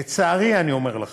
לצערי, אני אומר לך,